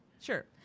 Sure